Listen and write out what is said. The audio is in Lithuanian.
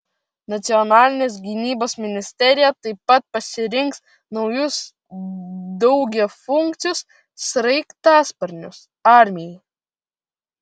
nacionalinės gynybos ministerija taip pat pasirinks naujus daugiafunkcius sraigtasparnius armijai